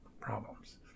problems